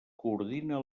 coordina